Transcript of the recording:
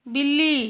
बिल्ली